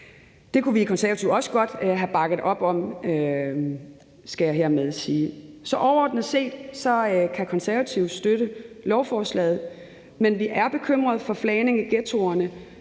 Det kunne vi i Konservative også godt have bakket op om, skal jeg hermed sige. Så overordnet set kan Konservative støtte lovforslaget. Men vi er bekymrede for flagning i ghettoerne.